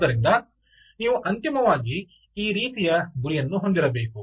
ಆದ್ದರಿಂದ ನೀವು ಅಂತಿಮವಾಗಿ ಈ ರೀತಿಯ ಗುರಿಯನ್ನು ಹೊಂದಿರಬೇಕು